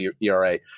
ERA